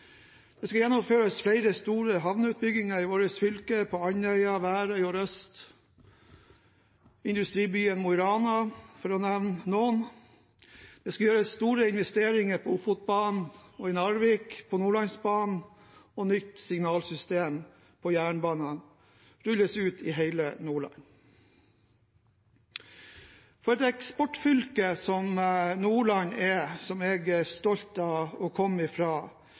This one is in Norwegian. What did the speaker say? Det skal gjennomføres flere store havneutbygginger i vårt fylke – på Andøy, Værøy og Røst, i industribyen Mo i Rana, for å nevne noen. Det skal gjøres store investeringer på Ofotbanen og i Narvik på Nordlandsbanen, og et nytt signalsystem på jernbanen rulles ut i hele Nordland. For et eksportfylke som Nordland er, som jeg er stolt av å komme